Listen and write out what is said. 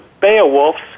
Beowulf's